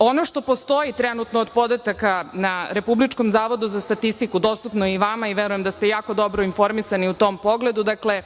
Ono što postoji trenutno od podataka na Republičkom zavodu za statistiku, dostupno je i vama i verujem da ste jako dobro informisani u tom pogledu. Dakle,